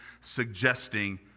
suggesting